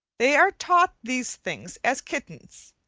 they are taught these things as kittens,